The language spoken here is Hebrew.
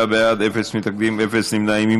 39 בעד, אפס מתנגדים ואפס נמנעים.